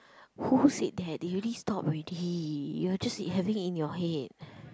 who said that they already stopped already you are just you are having in your head